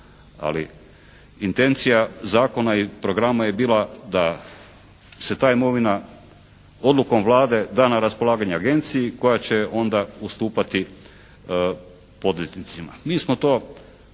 Ali intencija zakon i programa je bila da se ta imovina odlukom Vlade da na raspolaganje Agenciji koja će onda ustupati poduzetnicima. Mi smo to